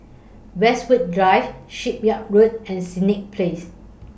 Westwood Drive Shipyard Road and Senett Place